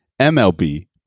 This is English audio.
MLB